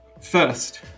first